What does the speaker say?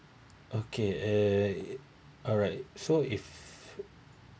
okay uh alright so if